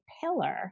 pillar